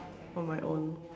on my own